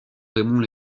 raymond